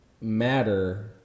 matter